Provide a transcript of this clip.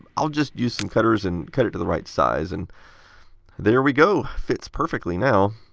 i'll just use some cutters and cut it to the right size. and there we go, fits perfectly now!